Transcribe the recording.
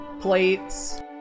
plates